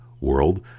world